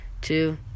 two